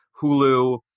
Hulu